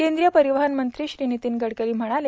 केंद्रीय परिवहन मंत्री नितीन गडकरी म्हणाले